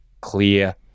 clear